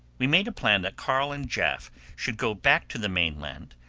we made a plan that carl and jaf should go back to the main land,